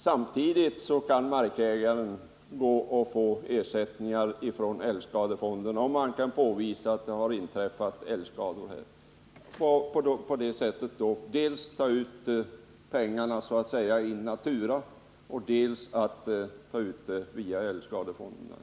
Samtidigt kan markägaren få ersättning från älgskadefonden, om han kan påvisa att det har inträffat älgskador. På det sättet kan han ta ut pengarna dels så att säga in natura, dels via älgskadefonden.